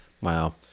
Wow